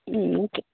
okay